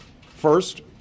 First